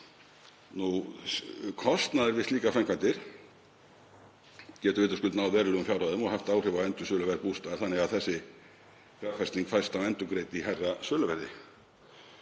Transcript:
Kostnaður við slíkar framkvæmdir getur vitaskuld náð verulegum fjárhæðum og haft áhrif á endursöluverð bústaða þannig að þessi fjárfesting fæst endurgreidd í hærra söluverði.